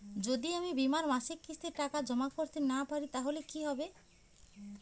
যদি আমি বীমার মাসিক কিস্তির টাকা জমা করতে না পারি তাহলে কি হবে?